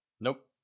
Nope